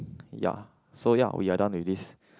ya so ya we've done with this